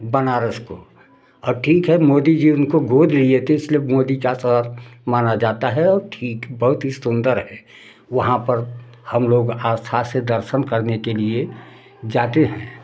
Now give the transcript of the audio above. बनारस को अब ठीक है मोदी जी उनको गोद लिये थे इसलिए मोदी का शहर माना जाता है और ठीक बहुत ही सुंदर है वहाँ पर हम लोग आस्था से दर्शन करने के लिए जाते हैं